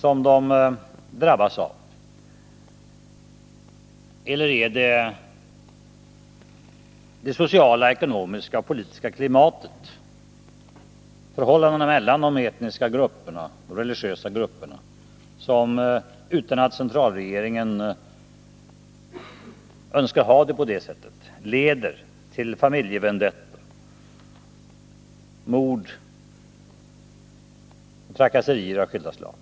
Eller är det istället det sociala, ekonomiska och politiska klimatet, förhållandena mellan de etniska och religiösa grupperna, som — utan att centralregeringen önskar det — leder till familjevendettor, mord och trakasserier av skilda slag?